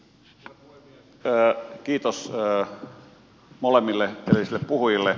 kiitos molemmille edellisille puhujille